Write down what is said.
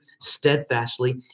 steadfastly